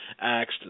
asked